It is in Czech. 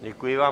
Děkuji vám.